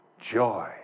joy